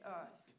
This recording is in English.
earth